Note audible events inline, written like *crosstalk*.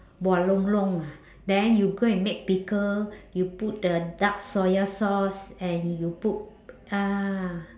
bua long long ah then you go and make pickle *breath* you put the dark soya sauce and you put ah